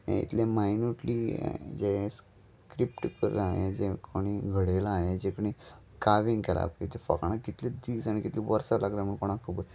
हे इतलें मायन्यूटली जें क्रिप्ट करलां हे जें कोणी घडयलां हे जें कोणी कावींग केला पळय तें फकाणां कितले दीस आनी कितलें वर्स लागलां म्हणूण कोणाक खबर